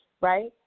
right